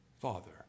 father